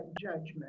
judgment